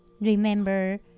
Remember